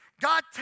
God